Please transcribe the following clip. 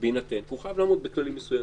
בהינתן שהוא חייב לעמוד בכללים מסוימים.